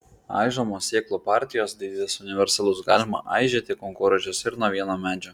aižomos sėklų partijos dydis universalus galima aižyti kankorėžius ir nuo vieno medžio